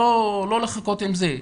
לא לחכות עם זה,